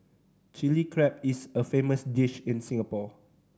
Chilli Crab is a famous dish in Singapore